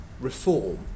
reform